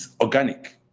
organic